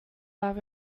our